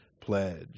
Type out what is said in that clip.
pledge